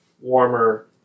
warmer